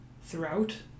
throughout